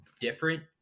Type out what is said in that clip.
different